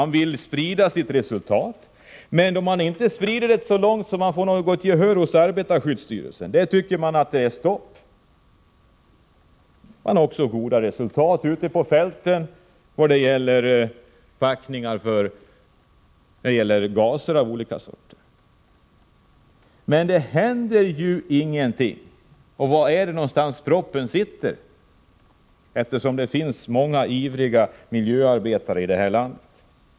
Nu vill man sprida resultaten, men man har inte kunnat sprida så långt att man fått något gehör hos arbetarskyddsstyrelsen. Där är det stopp. Det har också uppnåtts goda resultat ute på fälten vad gäller gaser av olika sorter. Men det händer ju ingenting! Var någonstans är det proppen sitter? Det finns ju många ivriga miljöarbetare i det här landet.